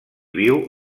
viu